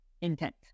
intent